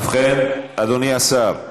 ובכן, אדוני השר,